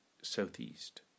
southeast